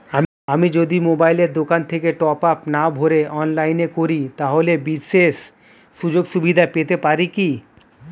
আমি যদি মোবাইলের দোকান থেকে টপআপ না ভরে অনলাইনে করি তাহলে বিশেষ সুযোগসুবিধা পেতে পারি কি?